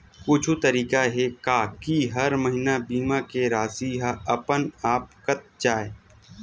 कुछु तरीका हे का कि हर महीना बीमा के राशि हा अपन आप कत जाय?